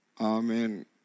Amen